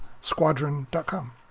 squadron.com